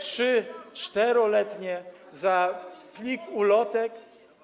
3-, 4-letnie za plik ulotek?